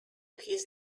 his